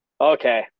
okay